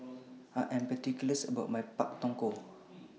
I Am particular about My Pak Thong Ko